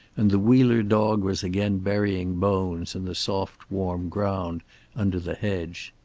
and the wheeler dog was again burying bones in the soft warm ground under the hedge.